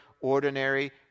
ordinary